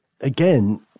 again